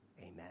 amen